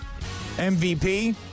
MVP